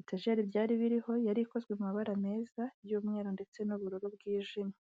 etajeri byari biriho yari ikozwe mu mabara meza y'umweru ndetse n'ubururu bwijimye.